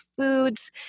foods